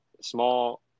small